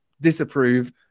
disapprove